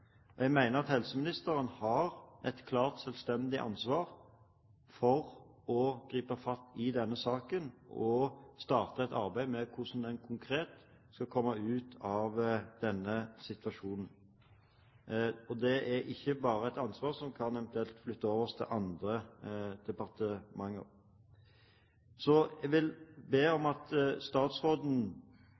Jeg mener at helseministeren har et klart, selvstendig ansvar for å gripe fatt i denne saken og starte arbeidet med hvordan en konkret skal komme ut av denne situasjonen. Og det er ikke et ansvar som eventuelt bare kan flyttes over til andre departementer. Så jeg vil be om at statsråden